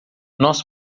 nós